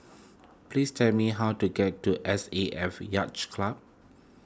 please tell me how to get to S A F Yacht Club